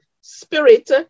spirit